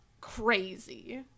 crazy